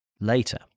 later